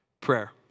prayer